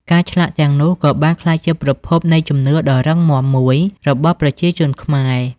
ការឆ្លាក់ទាំងនោះក៏បានក្លាយជាប្រភពនៃជំនឿដ៏រឹងមាំមួយរបស់ប្រជាជនខ្មែរ។